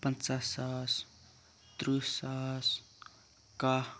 پَنٛژاہ ساس تٕرٛہ ساس کاہ